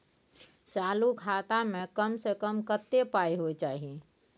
चालू खाता में कम से कम कत्ते पाई होय चाही?